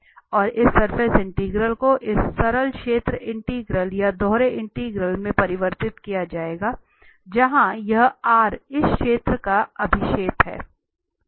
और इस surface integral को इस सरल क्षेत्र इंटीग्रल या दोहरे इंटीग्रल में परिवर्तित किया जाएगा जहां यह R इस सतह का अभिक्षेप है